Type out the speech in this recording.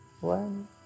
one